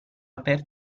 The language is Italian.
aperta